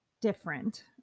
different